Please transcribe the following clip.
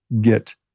get